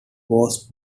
was